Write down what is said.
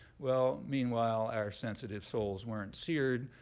well, meanwhile, our sensitive souls weren't seared.